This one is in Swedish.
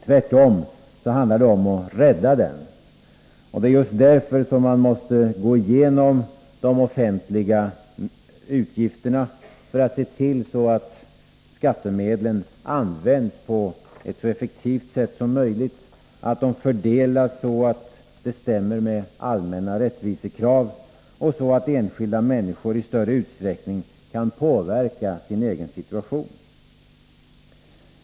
Tvärtom handlar det om att rädda den, och det är just därför som man måste gå igenom de offentliga utgifterna, för att se till att skattemedlen används på ett så effektivt sätt som möjligt, att de fördelas så att det stämmer med allmänna rättvisekrav och så att enskilda människor i större utsträckning kan påverka sin egen situation.